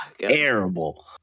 terrible